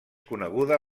coneguda